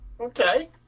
okay